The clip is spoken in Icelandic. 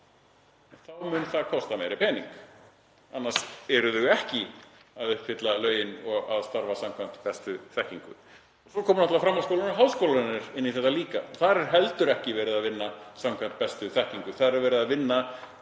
þá mun það kosta meiri pening. Annars eru þau ekki að uppfylla lögin og starfa samkvæmt bestu þekkingu. Svo koma náttúrlega framhaldsskólarnir og háskólarnir inn í þetta líka. Þar er heldur ekki verið að vinna samkvæmt bestu þekkingu. Þar er verið að vinna